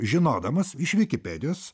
žinodamas iš vikipedijos